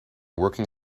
working